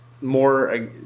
more